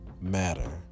matter